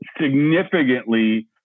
significantly